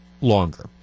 longer